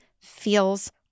feels